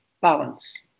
balance